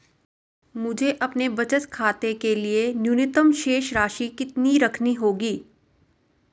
मुझे अपने बचत खाते के लिए न्यूनतम शेष राशि कितनी रखनी होगी?